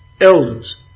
elders